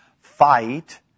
fight